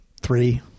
Three